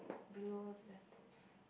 below the lamp post